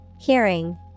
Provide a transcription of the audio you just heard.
Hearing